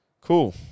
cool